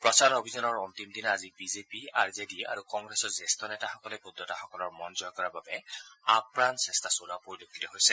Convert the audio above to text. প্ৰচাৰ অভিযানৰ অন্তিম দিনা আজি B J P R J D আৰু কংগ্ৰেছৰ জ্যেষ্ঠ নেতাসকলে ভোটদাতাসকলৰ মন জয় কৰাৰ বাবে আপ্ৰাণ চেষ্টা চলোৱা পৰিলক্ষিত হৈছে